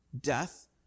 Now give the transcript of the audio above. Death